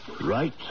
Right